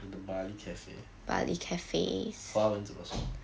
the bali cafe 华文怎么说